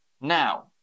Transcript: Now